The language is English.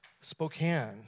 Spokane